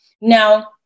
now